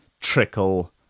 trickle